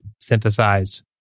synthesized